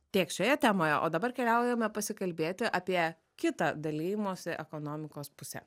tiek šioje temoje o dabar keliaujame pasikalbėti apie kitą dalijimosi ekonomikos pusę